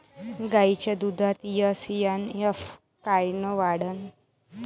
गायीच्या दुधाचा एस.एन.एफ कायनं वाढन?